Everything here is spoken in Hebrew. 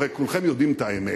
הרי כולכם יודעים את האמת,